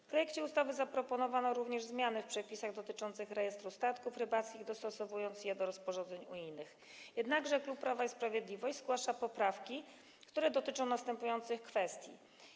W projekcie ustawy zaproponowano również zmiany w przepisach dotyczących rejestru statków rybackich, dostosowując je do rozporządzeń unijnych, jednakże klub Prawo i Sprawiedliwość zgłasza poprawki, które dotyczą następujących kwestii.